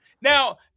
now